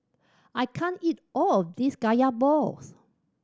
I can't eat all of this Kaya balls